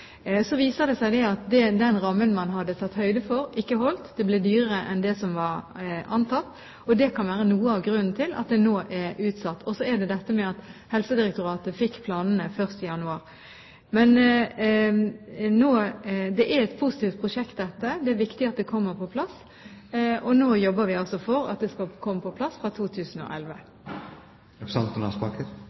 Så viser det seg at den rammen man hadde tatt høyde for, ikke holdt. Det ble dyrere enn det som var antatt, og det kan være noe av grunnen til at det nå er utsatt. Så er det også dette med at Helsedirektoratet fikk planene først i januar. Dette er et positivt prosjekt, og det er viktig at det kommer på plass. Nå jobber vi altså for at det skal komme på plass fra